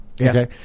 Okay